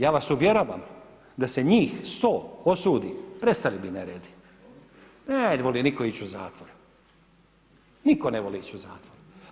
Ja vas uvjeravam da se njih 100 osudi prestali bi neredi, ne voli nitko ići u zatvor, nitko ne voli ići u zatvor.